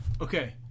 Okay